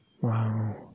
Wow